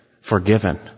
forgiven